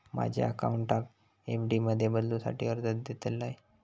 माझ्या अकाउंटाक एफ.डी मध्ये बदलुसाठी अर्ज देतलय